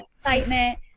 excitement